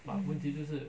mm